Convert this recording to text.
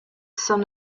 son